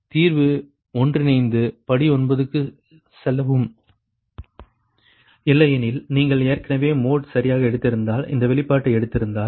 தீர்வு ஒருங்கிணைக்கப்பட்டு படி 9 க்குச் செல்லவும் இல்லையெனில் நீங்கள் ஏற்கனவே மோட் சரியாக எடுத்திருந்தால் இந்த வெளிப்பாட்டை எடுத்திருந்தால்